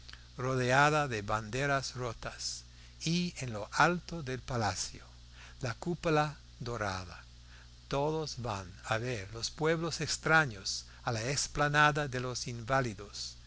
rodeada de banderas rotas y en lo alto del palacio la cúpula dorada todos van a ver los pueblos extraños a la explanada de los inválidos